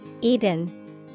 Eden